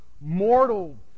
mortal